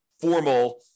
formal